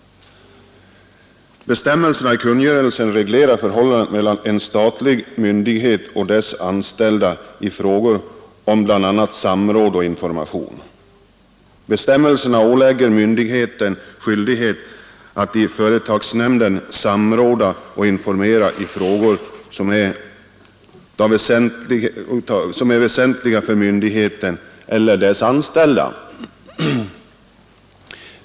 Bestämmelserna i kungörelsen reglerar förhållandet mellan en statlig myndighet och dess anställda i fråga om bl.a. samråd och information. Bestämmelserna ålägger myndigheten skyldighet att i företagsnämnden samråda och informera i frågor som är väsentliga för myndigheten eller dess anställda.